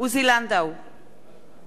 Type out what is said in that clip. בעד סופה לנדבר,